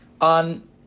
on